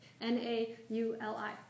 N-A-U-L-I